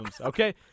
okay